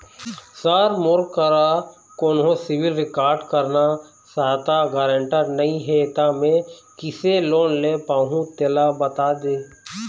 sir मोर करा कोन्हो सिविल रिकॉर्ड करना सहायता गारंटर नई हे ता मे किसे लोन ले पाहुं तेला बता दे